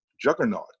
juggernaut